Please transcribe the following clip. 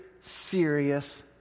serious